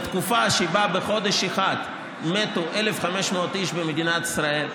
באותה תקופה בחודש אחד מתו 1,500 איש במדינת ישראל,